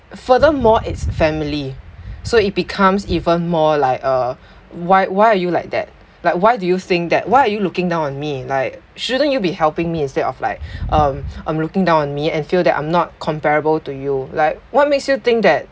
furthermore it's family so it becomes even more like uh why why are you like that like why do you think that why are you looking down on me like shouldn't you be helping me instead of like um um looking down on me and feel that I'm not comparable to you like what makes you think that